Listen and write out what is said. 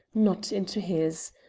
not into his.